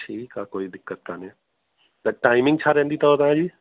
ठीकु आहे कोई दिक़तु कोन्हे त टाइमिंग छा रहंदी अथव तव्हांजी